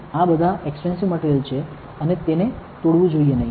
આ બધા expensive materials છે અને તેને તોડવું જોઈએ નહીં